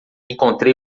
encontrei